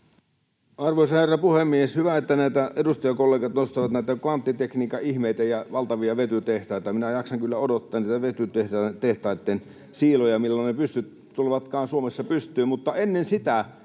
Arvoisa herra puhemies! Hyvä, että edustajakollegat nostavat näitä kvanttitekniikan ihmeitä ja valtavia vetytehtaita. Minä jaksan kyllä odottaa niitä vetytehtaitten siiloja, milloin tulevatkaan Suomessa pystyyn,